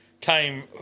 came